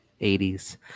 80s